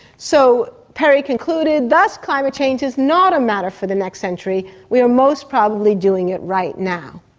so perry concluded, thus climate change is not a matter for the next century, we are most probably doing it right now.